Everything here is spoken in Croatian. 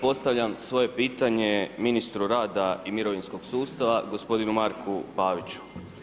Postavljam svoje pitanje ministru rada i mirovinskog sustava gospodinu Marku Paviću.